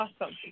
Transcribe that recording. Awesome